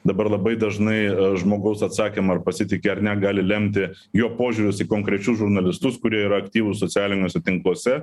dabar labai dažnai žmogaus atsakymą ar pasitiki ar ne gali lemti jo požiūris į konkrečius žurnalistus kurie yra aktyvūs socialiniuose tinkluose